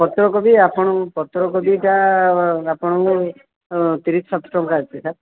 ପତ୍ରକୋବି ଆପଣ ପତ୍ରକୋବିଟା ଆପଣଙ୍କର ତିରିଶ ସାତ ଟଙ୍କା ଅଛି ସାର୍